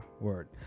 word